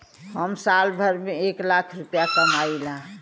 हम साल भर में एक लाख रूपया कमाई ला